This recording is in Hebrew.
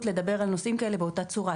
לדבר על נושאים כאלה באותה הצורה.